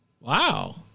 Wow